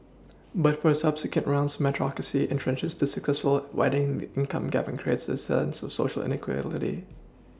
but for subsequent rounds Meritocracy entrenches the successful widens income gap and creates a sense of Social inequity